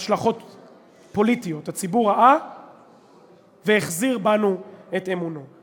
השלכות פוליטיות: הציבור ראה והחזיר את אמונו בנו.